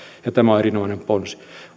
tämä on erinomainen ponsi